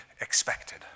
expected